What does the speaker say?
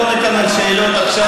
אני לא עונה כאן על שאלות עכשיו.